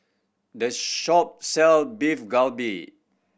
the shop sell Beef Galbi